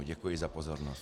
Děkuji za pozornost.